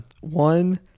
One